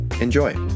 Enjoy